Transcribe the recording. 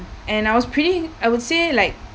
and I was pretty I would say like